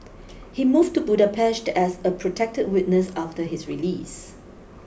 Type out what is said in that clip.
he move to Budapest as a protected witness after his release